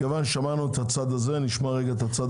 מכיוון ששמענו את הצד הזה, נשמע עכשיו את הצד